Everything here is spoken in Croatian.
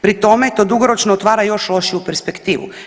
Pri tome to dugoročno otvara još lošiju perspektivu.